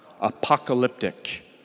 apocalyptic